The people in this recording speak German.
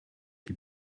die